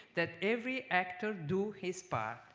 that every actor do his part.